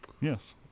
Yes